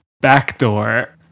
backdoor